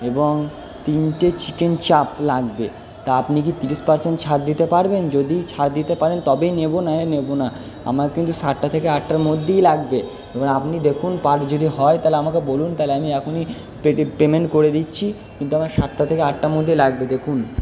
এবং তিনটে চিকেন চাপ লাগবে তা আপনি কি তিরিশ পার্সেন্ট ছাড় দিতে পারবেন যদি ছাড় দিতে পারেন তবেই নেব নাহলে নেব না আমার কিন্তু সাতটা থেকে আটটার মধ্যেই লাগবে এবার আপনি দেখুন যদি হয় তাহলে আমাকে বলুন তাহলে আমি এখনই পেমেন্ট করে দিচ্ছি কিন্তু আমার সাতটা থেকে আটটার মধ্যেই লাগবে দেখুন